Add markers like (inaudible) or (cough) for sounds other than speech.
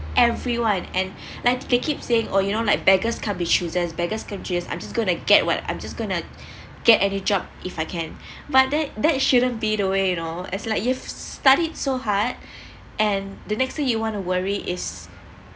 everyone and (breath) like they keep saying or you know like beggars can't be choosers beggars can't choose I'm just going to get what I'm just going to (breath) get any job if I can (breath) but that that shouldn't be the way you know it's like you've studied so hard (breath) and the next thing you want to worry is